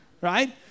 right